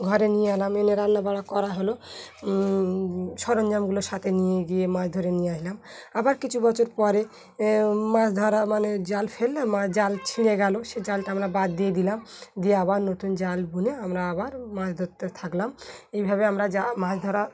ঘরে নিয়ে আলাম এনে রান্না বান্না করা হলো সরঞ্জামগুলোর সাথে নিয়ে গিয়ে মাছ ধরে নিয়ে এসলাম আবার কিছু বছর পরে মাছ ধরা মানে জাল ফেললে জাল ছিঁড়ে গেলো সে জালটা আমরা বাদ দিয়ে দিলাম দিয়ে আবার নতুন জাল বুনে আমরা আবার মাছ ধরতে থাকলাম এইভাবে আমরা যা মাছ ধরা